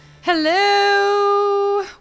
Hello